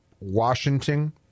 Washington